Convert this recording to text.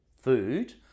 food